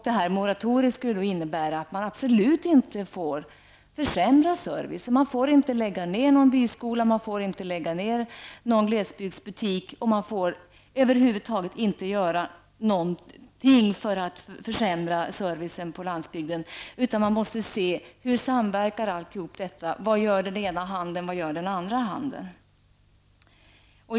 Detta moratorium skulle innebära att man absolut inte får försämra servicen. Man får inte lägga ned någon byskola eller glesbygdsbutik och man får över huvud taget inte göra någonting för att försämra servicen på landsbygden. I stället måste man se efter hur allt detta samverkar och vad den ena och andra handen gör.